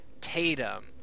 Tatum